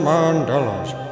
Mandela's